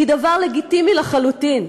היא דבר לגיטימי לחלוטין.